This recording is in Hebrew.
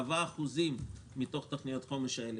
קבעה אחוזים מתוך תוכניות החומש הללו